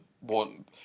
one